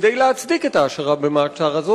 כדי להצדיק את ההשארה הזו במעצר.